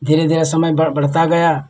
धीरे धीरे समय बढ़ता गया